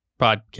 podcast